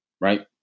right